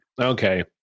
okay